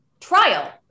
trial